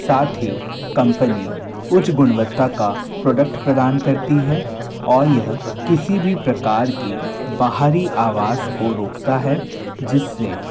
साथ ही कम्पनी उच्च गुणवत्ता का प्रोडक्ट प्रदान करती है और यह किसी भी प्रकार की बाहरी आवाज़ को रोकता है जिस से